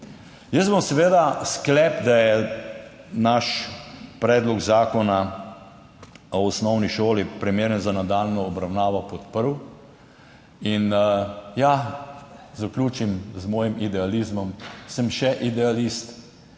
Jaz bom seveda sklep, da je naš predlog zakona o osnovni šoli primeren za nadaljnjo obravnavo, podprl. Ja, zaključim s svojim idealizmom, sem še idealist,